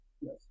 Yes